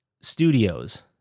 studios